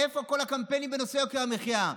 איפה כל הקמפיינים בנושא יוקר המחיה?